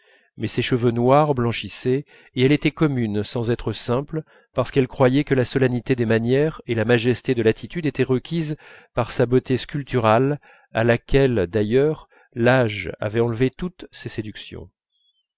mais ses cheveux noirs blanchissaient et elle était commune sans être simple parce qu'elle croyait que la solennité des manières et la majesté de l'attitude étaient requises par sa beauté sculpturale à laquelle d'ailleurs l'âge avait enlevé toutes ses séductions